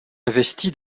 investi